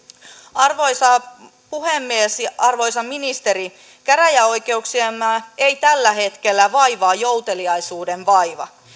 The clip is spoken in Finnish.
arvoisa puhemies arvoisa ministeri käräjäoikeuksiamme ei tällä hetkellä vaivaa joutilaisuuden vaiva